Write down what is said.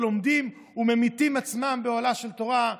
ולומדים וממיתים עצמם באוהלה של תורה,